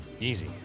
easy